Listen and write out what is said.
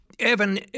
Evan